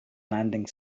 landing